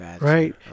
Right